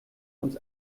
uns